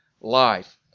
life